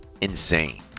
insane